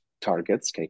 targets